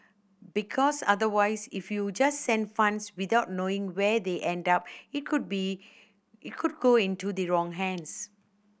because otherwise if you just send funds without knowing where they end up it could be it could go into the wrong hands